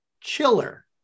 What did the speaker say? chiller